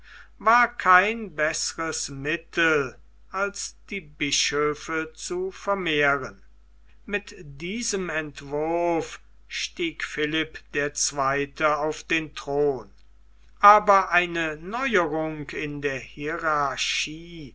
war kein besseres mittel als die bischöfe zu vermehren mit diesem entwurf stieg philipp der zweite auf den thron aber eine neuerung in der hierarchie